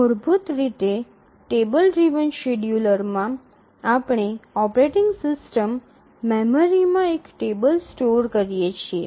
મૂળભૂત રીતે table driven શેડ્યૂલરમાં આપણે ઓપરેટિંગ સિસ્ટમ મેમરીમાં એક ટેબલ સ્ટોર કરીએ છીએ